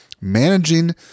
managing